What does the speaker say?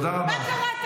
מה קרה?